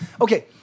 Okay